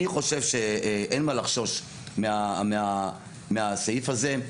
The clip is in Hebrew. אני חושב שאין מה לחשוש מהסעיף הזה.